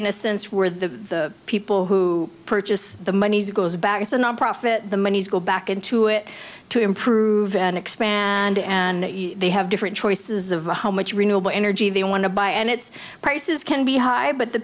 innocence where the people who purchased the monies goes back it's a nonprofit the monies go back into it to improve and expand and they have different choices of one how much renewable energy they want to buy and it's prices can be high but the